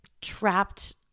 trapped